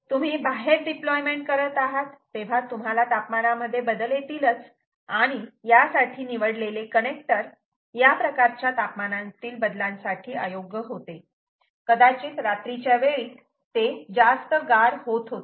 तुम्ही बाहेर डिप्लोयमेंट करत आहात तेव्हा तुम्हाला तापमानामध्ये बदल येतीलच आणि यासाठी निवडलेले कनेक्टर या प्रकारच्या तापमानातील बदलांसाठी अयोग्य होते कदाचित रात्रीच्या वेळी ते जास्त गार होत होते